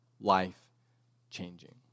life-changing